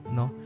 no